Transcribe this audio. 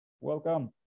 Welcome